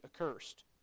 accursed